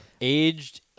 aged